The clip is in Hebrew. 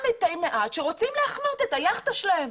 שרוצים להחנות את היכטה שלהם.